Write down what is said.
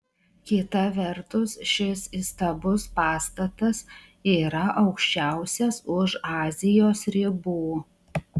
kita vertus šis įstabus pastatas yra aukščiausias už azijos ribų